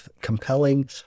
compelling